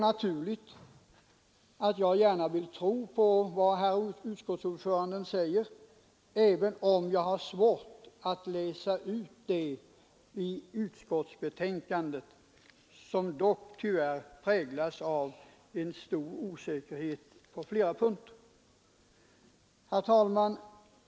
Naturligtvis vill jag gärna tro på vad utskottets ordförande sade, även om jag har svårt att läsa ut det i utskottets betänkande, som tyvärr präglas av stor osäkerhet på flera punkter. Herr talman!